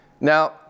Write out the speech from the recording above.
Now